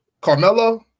Carmelo